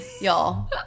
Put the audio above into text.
Y'all